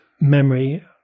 memory